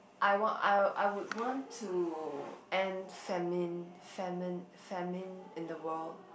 I want I I would want to end famine famine famine in the world